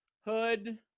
hood